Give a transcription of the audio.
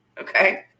Okay